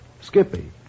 Skippy